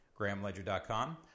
GrahamLedger.com